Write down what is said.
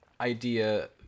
idea